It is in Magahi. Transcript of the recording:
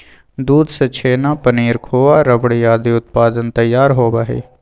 दूध से छेना, पनीर, खोआ, रबड़ी आदि उत्पाद तैयार होबा हई